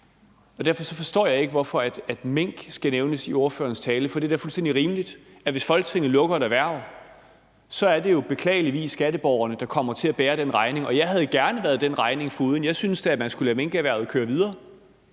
Så derfor forstår jeg ikke, hvorfor mink skal nævnes i ordførerens tale. For det er da fuldstændig rimeligt, at hvis Folketinget lukker et erhverv, er det jo beklageligvis skatteborgerne, der kommer til at bære den regning. Jeg havde gerne været den regning foruden. Jeg synes da, at man skulle lade minkerhvervet køre videre.